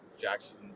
Jackson